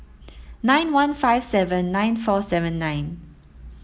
nine one five seven nine four seven nine